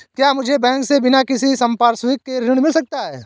क्या मुझे बैंक से बिना किसी संपार्श्विक के ऋण मिल सकता है?